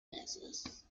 basses